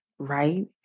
right